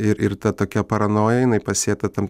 ir ir ta tokia paranoja jinai pasėta tam